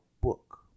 book